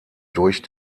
durch